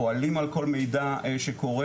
פועלים על כל מידע שקורה,